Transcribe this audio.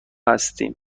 هستیم